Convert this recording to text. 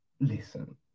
listen